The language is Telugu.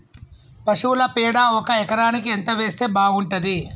పశువుల పేడ ఒక ఎకరానికి ఎంత వేస్తే బాగుంటది?